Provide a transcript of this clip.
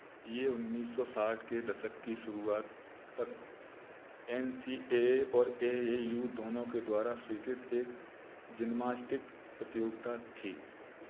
ये उन्नीस सौ साठ के दशक की शुरुआत तक एन सी ए ए और ए एयू दोनों के द्वारा स्वीकृत एक जिम्नास्टिक प्रतियोगिता थी